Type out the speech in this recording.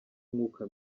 umwuka